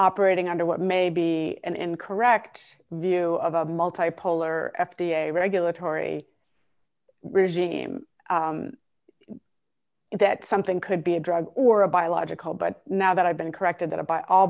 operating under what may be and correct view of a multi polar f d a regulatory regime that something could be a drug or a biological but now that i've been corrected that i buy all